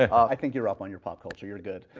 i think you're up on your pop culture, you're good.